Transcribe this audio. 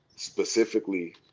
specifically